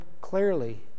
clearly